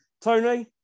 Tony